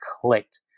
clicked